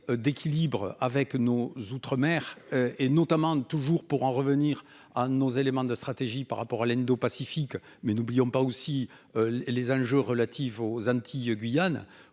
d'équilibre avec nos outre-mer et notamment toujours pour en revenir à nos éléments de stratégie par rapport à l'Indopacifique. Mais n'oublions pas aussi. Les enjeux relatives aux Antilles Guyane